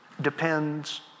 depends